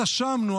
אז אשמנו,